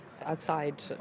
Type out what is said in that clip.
outside